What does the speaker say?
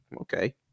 okay